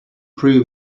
prove